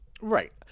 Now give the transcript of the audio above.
Right